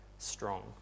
strong